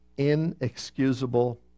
Inexcusable